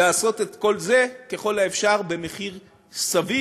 לעשות את כל זה, ככל האפשר, במחיר סביר,